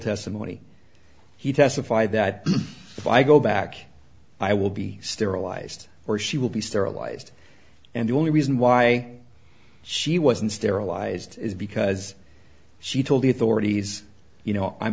testimony he testified that if i go back i will be sterilized or she will be sterilized and the only reason why she wasn't sterilized is because she told the authorities you know i'm